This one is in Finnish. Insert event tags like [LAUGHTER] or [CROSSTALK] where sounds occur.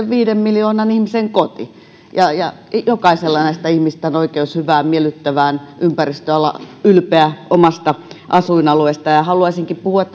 [UNINTELLIGIBLE] viiden miljoonan ihmisen koti ja ja jokaisella näistä ihmisistä on oikeus hyvään miellyttävään ympäristöön ja olla ylpeä omasta asuin alueestaan haluaisinkin puhua [UNINTELLIGIBLE]